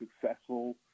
successful